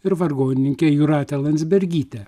ir vargonininke jūrate landsbergyte